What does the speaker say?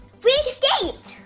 we escaped!